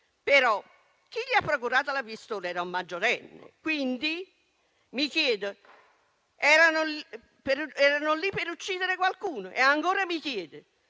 chi gli ha procurato la pistola era un maggiorenne. Mi chiedo inoltre: erano lì per uccidere qualcuno? E ancora mi chiedo: